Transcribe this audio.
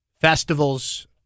Festivals